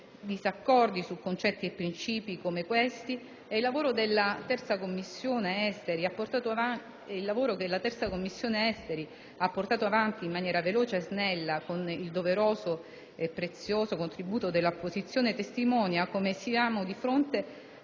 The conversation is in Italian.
il lavoro che la 3ª Commissione ha portato avanti in maniera veloce e snella, con il doveroso e prezioso contributo dell'opposizione, testimonia come siamo di fronte